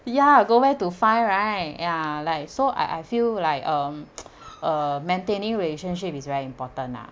ya go where to find right ya like so I I feel like uh uh maintaining relationship is very important ah